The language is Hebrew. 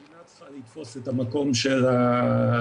המדינה צריכה לתפוס את המקום של הבנקים,